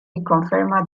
jikkonferma